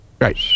Right